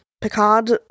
Picard